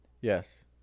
Yes